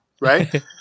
right